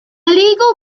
legal